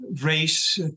race